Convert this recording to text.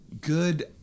good